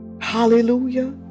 Hallelujah